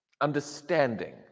Understanding